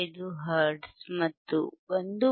15 hertz ಮತ್ತು 1